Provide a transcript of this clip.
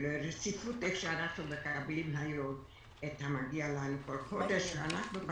איך שאנו מקבלים היום את המגיע לנו כל חודש.